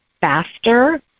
faster